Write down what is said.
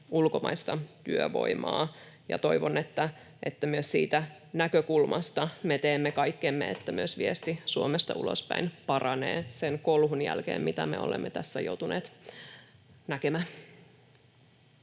ulkomaista työvoimaa. Toivon, että myös siitä näkökulmasta me teemme kaikkemme, että viesti Suomesta ulospäin paranee sen kolhun jälkeen, mitä me olemme tässä joutuneet näkemään.